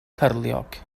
cyrliog